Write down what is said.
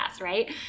right